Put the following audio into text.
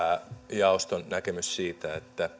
jaoston näkemys siitä